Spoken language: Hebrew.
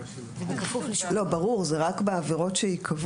אלא בכפוף לשיקול --- ברור; זה רק לגבי העבירות שייקבעו,